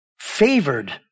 favored